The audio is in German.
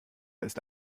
ist